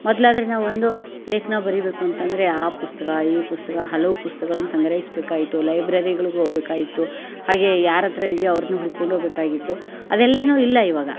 ಮೊದಲಾದ್ರೆ ನಾವು ಒಂದು ಲೇಖನ ಬರೀಬೇಕು ಅಂತಂದರೆ ಆ ಪುಸ್ತ್ಕ ಈ ಪುಸ್ತ್ಕ ಹಲವು ಪುಸ್ತಕಗಳ್ನ ಸಂಗ್ರಹಿಸಬೇಕಾಗಿತ್ತು ಲೈಬ್ರರಿಗ್ಳಿಗೆ ಹೋಗಬೇಕಾಗಿತ್ತು ಹಾಗೇ ಯಾರತ್ತಿರ ಇದೆಯೋ ಅವ್ರನ್ನು ಹುಡ್ಕೊಂಡು ಹೋಗಬೇಕಾಗಿತ್ತು ಅದೆಲ್ಲಾ ಇಲ್ಲ ಇವಾಗ